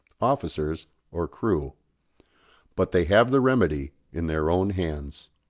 officers or crew but they have the remedy in their own hands.